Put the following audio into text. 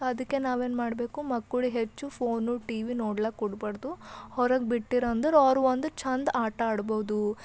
ಅದಕ್ಕೆ ನಾವು ಏನು ಮಾಡಬೇಕು ಮಕ್ಕಳು ಹೆಚ್ಚು ಫೋನು ಟಿವಿ ನೋಡ್ಲಿಕ್ಕೆ ಕೊಡ್ಬಾರ್ದು ಹೊರಗೆ ಬಿಡ್ತೀರಂದು ಅವರು ಒಂದು ಚೆಂದ ಆಟ ಆಡ್ಬೋದು